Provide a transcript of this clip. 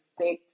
six